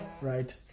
right